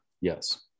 Yes